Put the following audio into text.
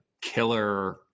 killer